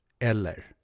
Eller